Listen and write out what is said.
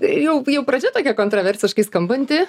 jau jau pradžia tokia kontraversiškai skambanti